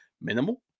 minimal